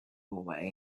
away